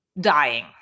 dying